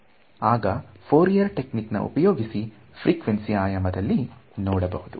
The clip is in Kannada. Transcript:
ಆಗ ಫ್ಹೊರಿಯರ್ ಟೆಕ್ನಿಕ್ ನಾ ಉಪಯೋಗಿಸಿ ಫ್ರಿಕ್ವೆನ್ಸಿ ಆಯಾಮದಲ್ಲಿ ನೋಡಬಹುದು